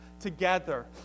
together